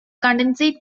condensate